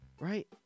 Right